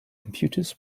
computers